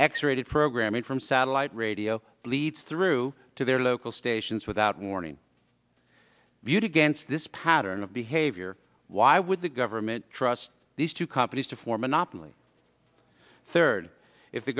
x rated programming from satellite radio leads through to their local stations without warning viewed against this pattern of behavior why would the government trust these two companies to four monopoly third if the